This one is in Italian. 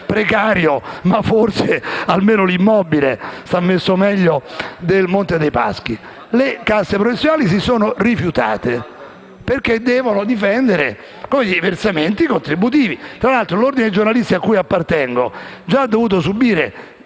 precario, ma forse almeno l'immobile sta messo meglio del Monte dei Paschi». Le casse professionali si sono rifiutate, perché devono difendere i versamenti contributivi Tra l'altro, l'ente previdenziale dell'Ordine dei giornalisti, a cui appartengo, già ha dovuto subire